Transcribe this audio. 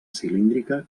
cilíndrica